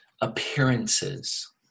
appearances